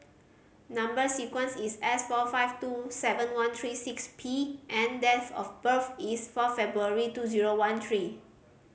number sequence is S four five two seven one three six P and date of birth is four February two zero one three